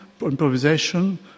improvisation